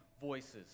voices